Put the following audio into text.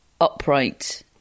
upright